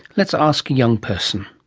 let's ask a young person.